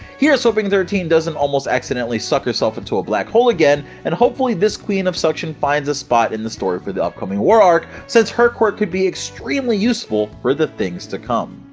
here's hoping thirteen doesn't almost accidentally suck herself into a black hole again, and hopefully this queen of suction finds a spot in the story for the upcoming war arc, since her quirk could be extremely useful for the things to come!